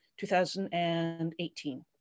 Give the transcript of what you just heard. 2018